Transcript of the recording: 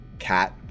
Cat